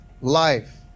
life